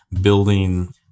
building